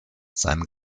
sein